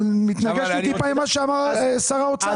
אבל מתנגש לי טיפה עם מה שאמר שר האוצר.